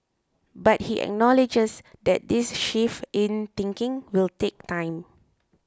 but he acknowledges that this shift in thinking will take time